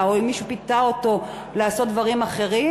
או מישהו פיתה אותו לעשות דברים אחרים,